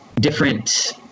different